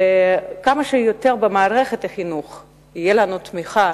וכמה שתהיה לנו במערכת החינוך יותר תמיכה